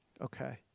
Okay